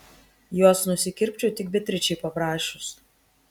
juos nusikirpčiau tik beatričei paprašius